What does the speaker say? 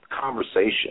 conversation